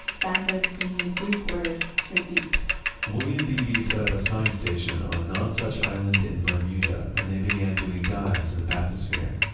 bathos being the greek word for deep william beebe set up a science station on nonsuch island in bermuda and they began doing dives in the bathysphere.